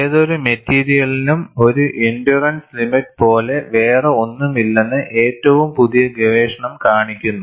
ഏതൊരു മെറ്റീരിയലിനും ഒരു ഇൻഡ്യൂറൻസ് ലിമിറ്റ്സ് പോലെ വേറെ ഒന്നുമില്ലെന്ന് ഏറ്റവും പുതിയ ഗവേഷണം കാണിക്കുന്നു